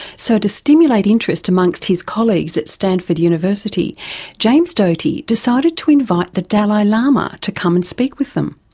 so to stimulate interest amongst amongst his colleagues at stanford university james doty decided to invite the dalai lama to come and speak with them.